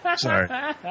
Sorry